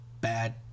bad